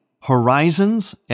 horizons